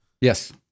Yes